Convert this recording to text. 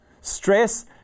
stress